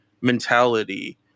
mentality